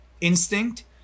instinct